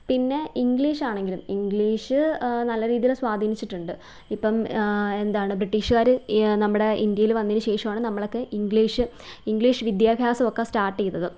പിന്നെ ഇംഗ്ലീഷാണെങ്കിലും ഇംഗ്ലീഷ് നല്ല രീതിയിൽ സ്വാധീനിച്ചിട്ടുണ്ട് ഇപ്പം എന്താണ് ബ്രിട്ടീഷ്കാര് ഈ നമ്മുടെ ഇന്ത്യയിൽ വന്നതിന് ശേഷമാണ് നമ്മളൊക്കെ ഇംഗ്ലീഷ് ഇംഗ്ലീഷ് വ്ദ്യാഭ്യാസമൊക്കെ സ്റ്റാർട്ട് ചെയ്തത്